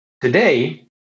today